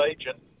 agent